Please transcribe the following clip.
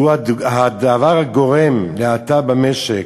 שהוא הדבר שגורם להאטה במשק,